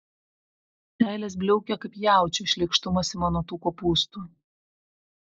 seilės bliaukia kaip jaučiui šleikštumas ima nuo tų kopūstų